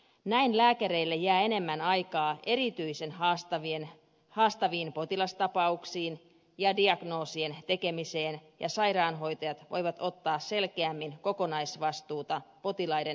näin lääkäreille jää enemmän aikaa erityisen haastaviin potilastapauksiin ja diagnoosien tekemiseen ja sairaanhoitajat voivat ottaa selkeämmin kokonaisvastuuta potilaiden pitkäaikaisseurannasta